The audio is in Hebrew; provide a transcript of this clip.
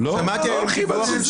לא הולכים על זה.